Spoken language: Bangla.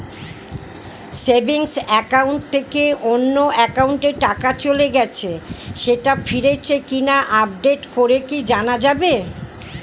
সেভিংস একাউন্ট থেকে অন্য একাউন্টে টাকা চলে গেছে সেটা ফিরেছে কিনা আপডেট করে কি জানা যাবে?